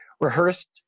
rehearsed